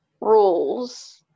rules